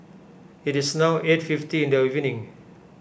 it is now eight fifty the evening